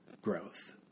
growth